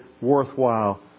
worthwhile